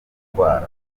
ndwara